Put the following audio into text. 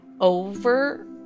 over